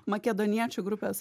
makedoniečių grupės